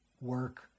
work